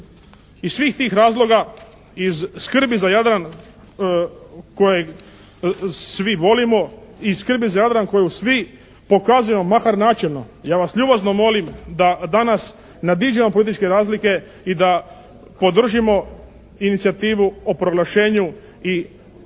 Iz svih tih razloga, iz skrbi za Jadran kojeg svi volimo, iz skrbi za Jadran koju svi pokazujemo makar načelno. Ja vas ljubazno molim da danas ne dižemo političke razlike i da podržimo inicijativu o proglašenju i